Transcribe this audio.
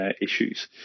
issues